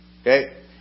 Okay